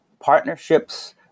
partnerships